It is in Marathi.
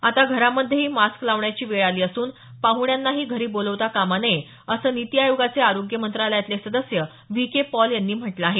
आता घरामध्येही मास्क लावण्याची वेळ आली असून पाहुण्यांनाही घरी बोलावता कामा नये असं नीति आयोगाचे आरोग्य मंत्रालयातले सदस्य व्ही के पॉल यांनी म्हटलं आहे